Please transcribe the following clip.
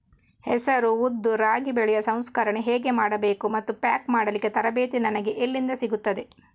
ಹೆಸರು, ಉದ್ದು, ರಾಗಿ ಬೆಳೆಯ ಸಂಸ್ಕರಣೆ ಹೇಗೆ ಮಾಡಬೇಕು ಮತ್ತು ಪ್ಯಾಕ್ ಮಾಡಲಿಕ್ಕೆ ತರಬೇತಿ ನನಗೆ ಎಲ್ಲಿಂದ ಸಿಗುತ್ತದೆ?